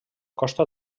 costa